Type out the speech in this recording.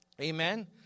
Amen